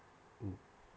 mm